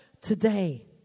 today